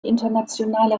internationale